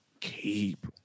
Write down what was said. Keep